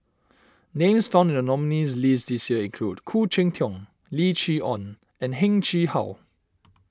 names found in the nominees' list this year include Khoo Cheng Tiong Lim Chee Onn and Heng Chee How